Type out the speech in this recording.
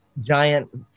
giant